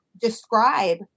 describe